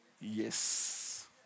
Yes